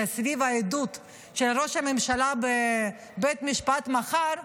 סביב העדות של ראש הממשלה בבית המשפט מחר,